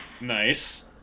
Nice